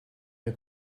her